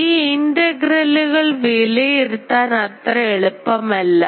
ഈ ഇന്റഗ്രലുകൾ വിലയിരുത്താൻ അത്ര എളുപ്പമല്ല